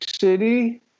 City